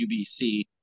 UBC